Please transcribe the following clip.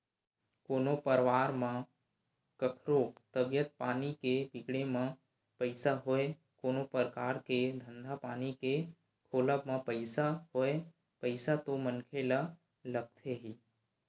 कोनो परवार म कखरो तबीयत पानी के बिगड़े म पइसा होय कोनो परकार के धंधा पानी के खोलब म पइसा होय पइसा तो मनखे ल लगथे ही